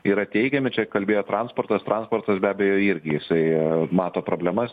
yra teigiami čia kalbėjo transportas transportas be abejo irgi jisai mato problemas